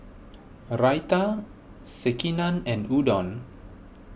Raita Sekihan and Udon